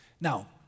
Now